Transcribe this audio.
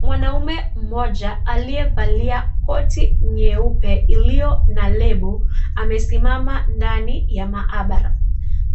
Mwanaume moja aliyevalia koti nyeupe iliyo na lable amesimama ndani ya mahabara,